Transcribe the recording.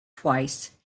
twice